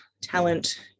talent